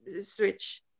switch